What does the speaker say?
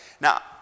Now